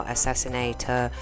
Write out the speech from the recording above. Assassinator